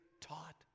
taught